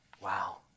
Wow